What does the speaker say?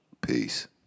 peace